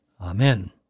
Amen